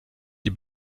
die